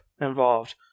involved